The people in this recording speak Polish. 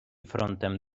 frontem